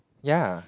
ya